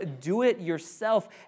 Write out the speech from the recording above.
do-it-yourself